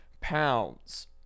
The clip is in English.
pounds